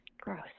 Gross